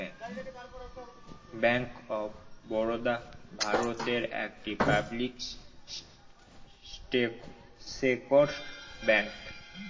bank of Baroda ভারতের একটি public sector bank